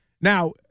Now